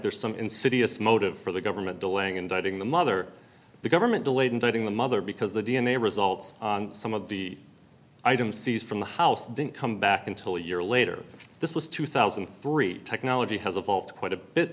there's some insidious motive for the government delaying indicting the mother the government delayed indicting the mother because the d n a results on some of the items seized from the house didn't come back until year later this was two thousand and three technology has evolved quite a bit